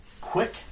quick